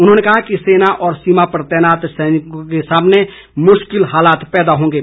उन्होंने कहा कि सेना और सीमा पर तैनात सैनिकों के सामने मुश्किल हालात पैदा होंगे